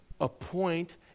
appoint